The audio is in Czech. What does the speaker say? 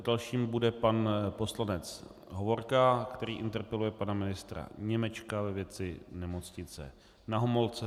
Dalším bude pan poslanec Hovorka, který interpeluje pana ministra Němečka ve věci Nemocnice Na Homolce.